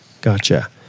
Gotcha